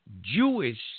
Jewish